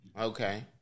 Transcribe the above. Okay